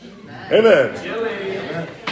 Amen